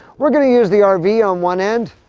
we're going to use the ah rv yeah on one end,